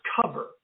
cover